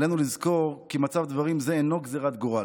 עלינו לזכור כי מצב דברים זה אינו גזרת גורל.